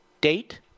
date